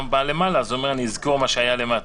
הבאה למעלה אז הוא אומר נזכור מה שהיה למטה.